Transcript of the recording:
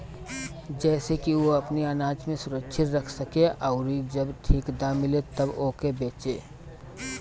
जेसे की उ अपनी आनाज के सुरक्षित रख सके अउरी जब ठीक दाम मिले तब ओके बेचे